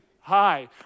hi